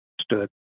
stood